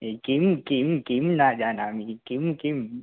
ए किं किं किं न जानामि किं किम्